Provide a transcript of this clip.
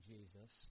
Jesus